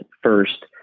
first